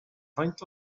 faint